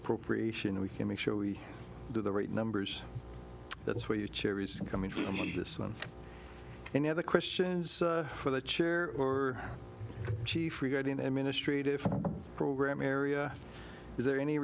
appropriation we can make sure we do the right numbers that's where you cheer is coming from this one and the other question is for the chair or chief regarding the administrative program area is there any